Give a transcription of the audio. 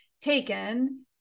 taken